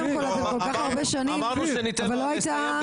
אמרנו שניתן לו לסיים.